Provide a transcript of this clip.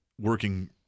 working